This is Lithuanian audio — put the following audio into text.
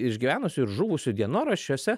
išgyvenusių ir žuvusių dienoraščiuose